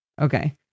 okay